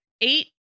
eight